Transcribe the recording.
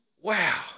Wow